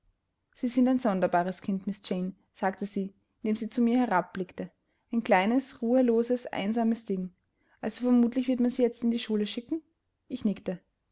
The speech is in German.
sie sind ein sonderbares kind miß jane sagte sie indem sie zu mir herabblickte ein kleines ruheloses einsames ding also vermutlich wird man sie jetzt in die schule schicken ich